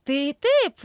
tai taip